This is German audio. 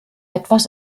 etwas